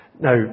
Now